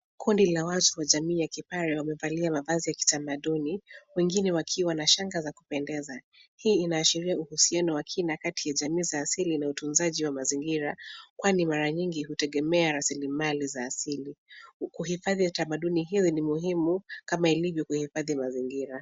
Kundi la watu wa jamii ya Kipare wamevalia mavazi ya kitamaduni, wengine wakiwa na shanga za kupendeza. Hii inaashiria uhusiano wa kina kati ya jamii za asili na utunzaji wa mazingira kwani mara nyingi hutegemea rasilimali za asili. Kuhifadhi tamaduni hizi ni muhimu, kama ilivyo kuhifadhi mazingira.